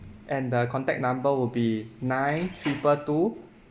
and the contact number will be nine triple two